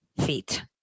feet